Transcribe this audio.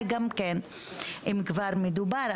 אם כבר מדברים,